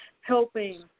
helping